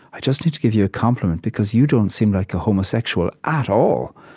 i just need to give you a compliment, because you don't seem like a homosexual at all.